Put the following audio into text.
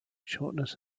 shortness